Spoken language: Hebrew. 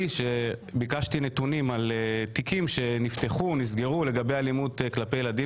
וביקשתי נתונים על תיקים שנפתחו ונסגרו לגבי אלימות כלפי ילדים,